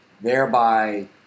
thereby